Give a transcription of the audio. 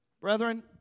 Brethren